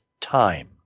time